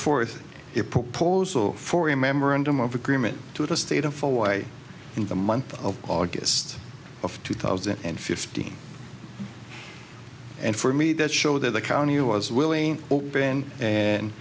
proposal for a memorandum of agreement to the state a full way in the month of august of two thousand and fifteen and for me that show that the county was willing open and